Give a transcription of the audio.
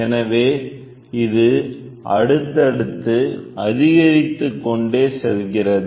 எனவே இது அடுத்தடுத்து அதிகரித்துக் கொண்டே செல்கிறது